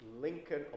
Lincoln